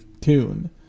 tune